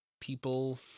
people